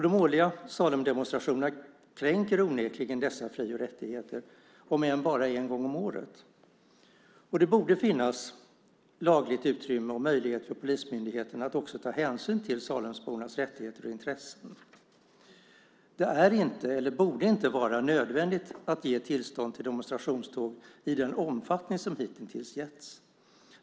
De årliga Salemdemonstrationerna kränker onekligen dessa fri och rättigheter om än bara en gång om året. Det borde finnas lagligt utrymme och en laglig möjlighet för polismyndigheten att också ta hänsyn till Salembornas intressen. Det är inte, eller borde inte vara, nödvändigt att ge tillstånd till demonstrationståg i den omfattning som hittills skett.